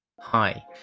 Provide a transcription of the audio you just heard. Hi